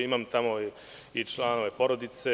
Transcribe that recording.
Imam tamo i članove porodice.